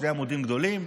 שני עמודים גדולים,